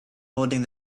holding